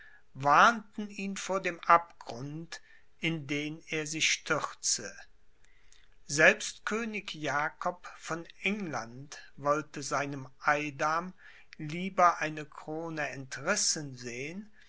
warnten ihn vor dem abgrund in den er sich stürze selbst könig jakob von england wollte seinem eidam lieber eine krone entrissen sehen